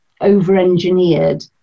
over-engineered